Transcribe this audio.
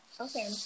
okay